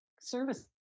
service